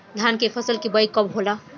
धान के फ़सल के बोआई कब होला?